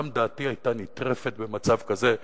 גם דעתי היתה נטרפת במצב כזה.